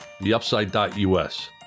theupside.us